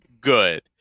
good